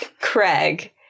Craig